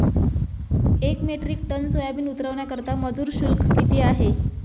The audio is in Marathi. एक मेट्रिक टन सोयाबीन उतरवण्याकरता मजूर शुल्क किती आहे?